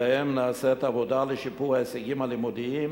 שבהם נעשית עבודה לשיפור ההישגים הלימודיים,